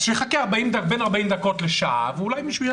אז שיחכה בין 40 דקות לשעה ואולי מישהו יענה לו.